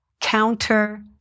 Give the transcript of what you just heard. counter